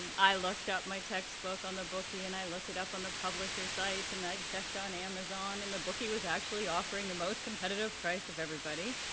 um i looked up my textbook on the bookie, and i looked it up on the publisher sites, and i checked on amazon, and the bookie was actually offering the most competitive price of everybody.